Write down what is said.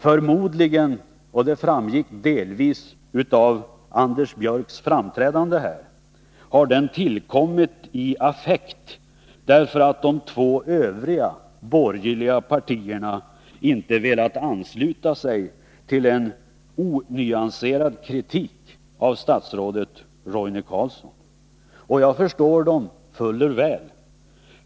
Förmodligen — och det framgick delvis av Anders Björcks framträdande här — har den tillkommit i affekt, därför att de två övriga borgerliga partierna inte velat ansluta sig till en onyanserad kritik av statsrådet Roine Carlsson. Och jag förstår dem fuller väl.